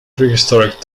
prehistoric